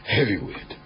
Heavyweight